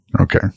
Okay